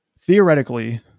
Theoretically